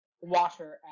water